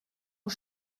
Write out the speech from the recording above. aux